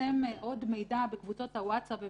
חמור והוא